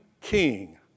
king